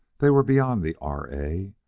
they were beyond the r. a.